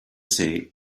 say